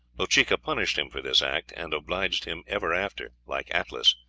bochica punished him for this act, and obliged him ever after, like atlas,